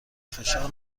فشار